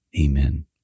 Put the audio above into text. Amen